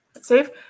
save